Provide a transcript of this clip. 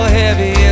heavy